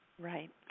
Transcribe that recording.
Right